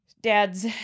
Dad's